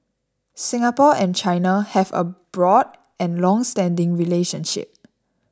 Singapore and China have a broad and longstanding relationship